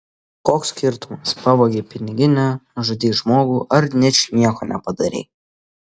koks skirtumas pavogei piniginę nužudei žmogų ar ničnieko nepadarei